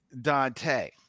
Dante